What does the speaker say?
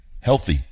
healthy